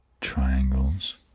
Triangles